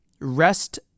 rest